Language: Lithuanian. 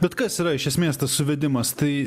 bet kas yra iš esmės tas suvedimas tai